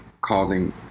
causing